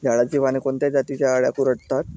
झाडाची पाने कोणत्या जातीच्या अळ्या कुरडतात?